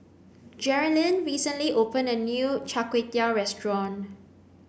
Geralyn recently opened a new Chai Tow Kuay restaurant